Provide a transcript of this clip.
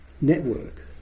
network